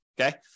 Okay